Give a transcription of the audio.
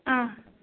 ꯑꯥ